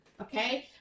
Okay